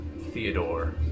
Theodore